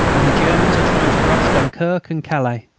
and the germans are trying to rush dunkirk and calais.